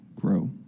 grow